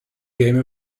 game